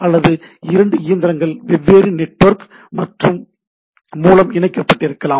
அல்லது இரண்டு இயந்திரங்கள் வெவ்வேறு நெட்வொர்க் மற்றும் மூலம் இணைக்கப்பட்டிருக்கலாம்